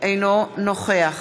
אינו נוכח